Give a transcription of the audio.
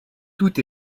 tout